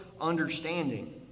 understanding